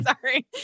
Sorry